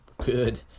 good